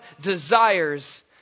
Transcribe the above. desires